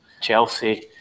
Chelsea